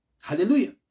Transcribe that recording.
Hallelujah